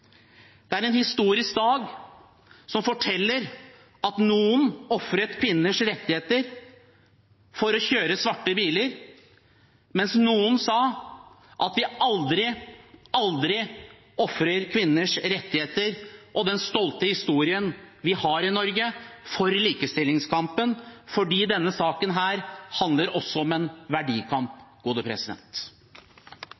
Det er en historisk dag som forteller at noen ofret kvinners rettigheter for å kjøre svarte biler, mens noen sa at vi aldri, aldri ofrer kvinners rettigheter og den stolte historien vi har i Norge for likestillingskampen, fordi denne saken handler også om en verdikamp.